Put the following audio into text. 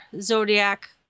Zodiac